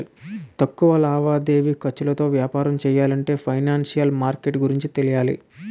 తక్కువ లావాదేవీ ఖర్చులతో వ్యాపారం చెయ్యాలంటే ఫైనాన్సిషియల్ మార్కెట్ గురించి తెలియాలి